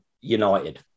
United